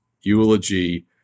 eulogy